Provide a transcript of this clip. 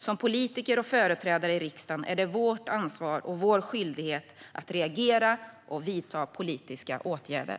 Som politiker och företrädare i riksdagen är det vårt ansvar och vår skyldighet att reagera och vidta politiska åtgärder.